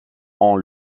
ont